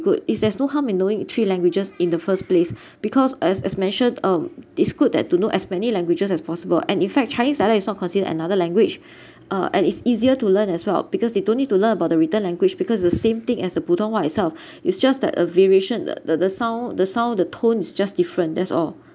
good is there's no harm in doing three languages in the first place because as as mentioned um it's good that to know as many languages as possible and in fact chinese dialects is not consider another language uh and it's easier to learn as well because they don't need to learn about the written language because the same thing as the 普通话 itself it's just that a variation the the the sound the sound the tone is just different that's all